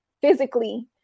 physically